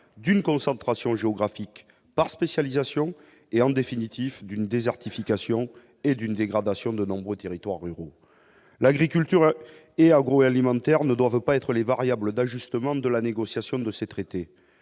d'une concentration géographique par spécialisation et en définitif d'une désertification et d'une dégradation de nombreux territoires ruraux, l'agriculture et agroalimentaire ne doivent pas être les variables d'ajustement de la négociation de ces traités